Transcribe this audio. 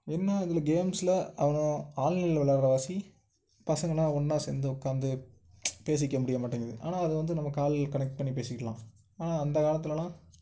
இன்னும் அதில் கேம்ஸ்ல அவனுவோ ஆன்லைனில் விளாட்ற வாசி பசங்களெலாம் ஒன்றா சேர்ந்து உட்காந்து பேசிக்க முடிய மாட்டேங்குது ஆனால் அது வந்து நமக்கு கால் கனெக்ட் பண்ணி பேசிக்கலாம் ஆனால் அந்த காலத்திலலாம்